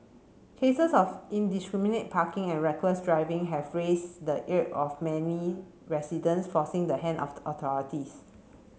cases of indiscriminate parking and reckless riding have raised the ire of many residents forcing the hand of authorities